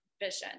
Vision